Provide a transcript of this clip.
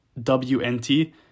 wnt